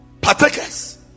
Partakers